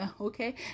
Okay